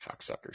Cocksuckers